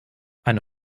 eine